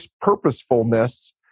purposefulness